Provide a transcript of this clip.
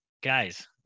Guys